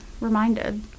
reminded